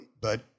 but-